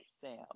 Sam